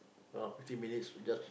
around fifteen minutes just